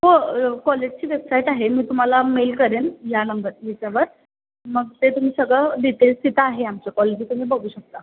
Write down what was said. हो कॉलेजची वेबसाईट आहे मी तुम्हाला मेल करेन या नंबर याच्यावर मग ते तुम्ही सगळं डिटेल्स तिथं आहे आमच्या कॉलेजी तुम्ही बघू शकता